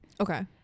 Okay